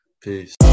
Peace